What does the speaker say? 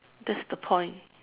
that's the point